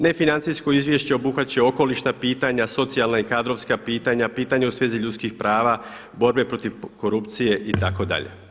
Nefinancijsko izvješće obuhvaća okolišna pitanja, socijalna i kadrovska pitanja, pitanja u svezi ljudskih prava borbe protiv korupcije itd.